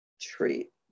treat